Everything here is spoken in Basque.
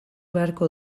beharko